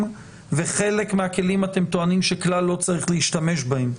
וחלק מהכלים אתם טוענים שכלל לא צריך להשתמש בהם,